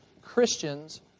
Christians